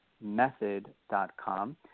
method.com